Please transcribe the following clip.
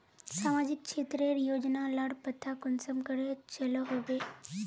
सामाजिक क्षेत्र रेर योजना लार पता कुंसम करे चलो होबे?